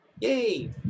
Yay